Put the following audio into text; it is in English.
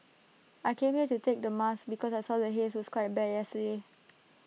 I came here to take the mask because I saw the haze was quite bad yesterday